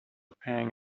pang